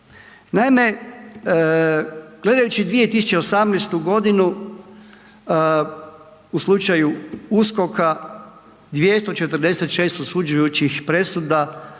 Naime, gledajući 2018.g. u slučaju USKOK-a 246 osuđujućih presuda,